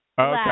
Okay